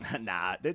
Nah